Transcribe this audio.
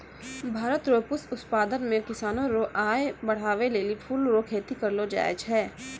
भारत रो पुष्प उत्पादन मे किसानो रो आय बड़हाबै लेली फूल रो खेती करलो जाय छै